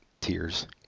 tears